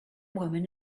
woman